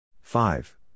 five